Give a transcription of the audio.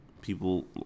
People